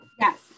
Yes